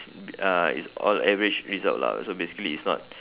uh it's all average result lah so basically it's not